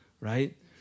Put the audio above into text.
right